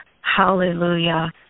Hallelujah